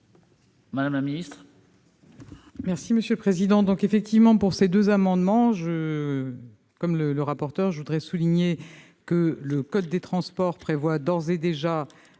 madame la ministre,